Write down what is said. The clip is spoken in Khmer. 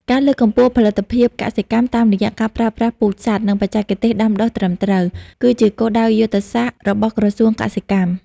ការលើកកម្ពស់ផលិតភាពកសិកម្មតាមរយៈការប្រើប្រាស់ពូជសុទ្ធ និងបច្ចេកទេសដាំដុះត្រឹមត្រូវ គឺជាគោលដៅយុទ្ធសាស្ត្ររបស់ក្រសួងកសិកម្ម។